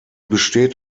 besteht